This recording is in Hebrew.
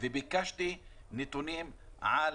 וביקשתי נתונים על